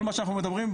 כל מה שאנחנו מדברים,